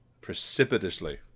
precipitously